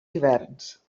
hiverns